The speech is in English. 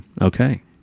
Okay